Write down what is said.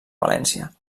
valència